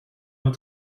nous